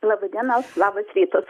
laba diena labas rytas